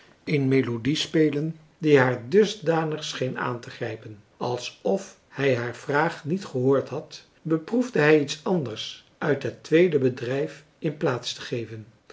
eene melodie spelen die haar dusdanig scheen aantegrijpen alsof hij haar vraag niet gehoord had beproefde hij iets anders uit het tweede bedrijf in plaats te geven